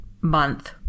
month